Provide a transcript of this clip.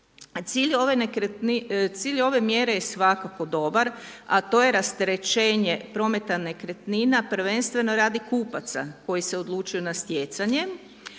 Cilj ove mjere je svakako dobar, a to je rasterećenje prometa nekretnina prvenstveno radi kupaca koji se odlučuju na stjecanje,